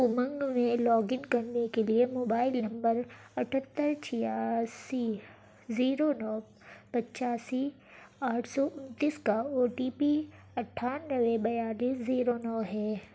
امنگ میں log in کرنے کے لیے موبائل نمبر اٹھتر چھیاسی زیرو نو پچاسی آٹھ سو انتیس کا او ٹی پی اٹھانوے بیالیس زیرو نو ہے